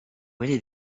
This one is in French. mêlé